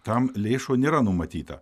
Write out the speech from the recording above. tam lėšų nėra numatyta